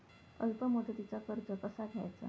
अल्प मुदतीचा कर्ज कसा घ्यायचा?